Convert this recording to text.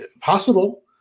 possible